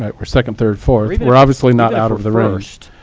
but we're second, third, fourth, we're obviously not out of the range.